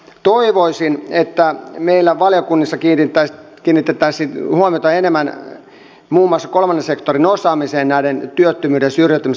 toivoisin että meillä valiokunnissa kiinnitettäisiin huomiota enemmän muun muassa kolmannen sektorin osaamiseen näissä työttömyyttä ja syrjäytymistä ehkäisevissä toimenpiteissä